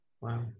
Wow